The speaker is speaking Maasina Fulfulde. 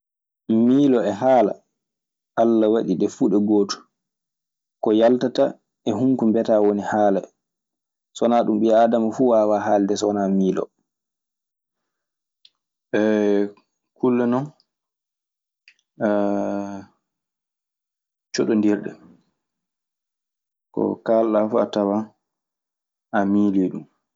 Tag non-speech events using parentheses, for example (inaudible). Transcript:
Milon e halla, alla waɗi ɗe fu gotu. Ko yaltata e humko biata woni halla. Sonna dun bia adama fu wawa halde sona milo. (hesitation) kulle noon (hesitation) njotondirɗe. Ko kaalɗa fuu, tawan a miili ɗum.